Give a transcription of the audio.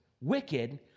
wicked